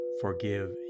forgive